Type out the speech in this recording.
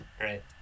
right